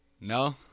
No